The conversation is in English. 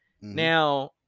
Now